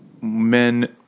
men